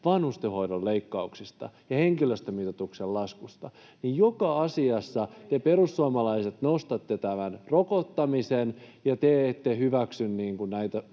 vanhustenhoidon leikkauksista ja henkilöstömitoituksen laskusta — [Pia Sillanpään välihuuto] niin joka asiassa te perussuomalaiset nostatte tämän rokottamisen ettekä hyväksy näitä